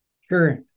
Sure